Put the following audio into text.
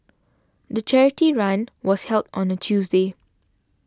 the charity run was held on a Tuesday